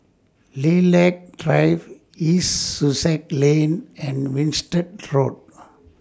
Lilac Drive East Sussex Lane and Winstedt Road